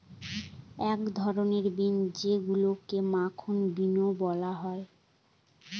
এক ধরনের বিন যেইগুলাকে মাখন বিনও বলা হয়